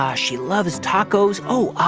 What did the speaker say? ah she loves tacos. oh,